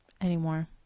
anymore